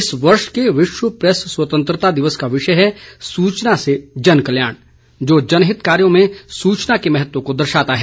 इस वर्ष के विश्व प्रेस स्वतंत्रता दिवस का विषय है सूचना से जनकल्याण जो जनहित कार्यो में सूचना के महत्व को दर्शाता है